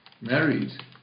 married